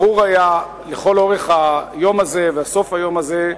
היה ברור לכל אורך היום הזה וברור בסוף היום הזה,